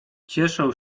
cieszę